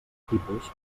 tipus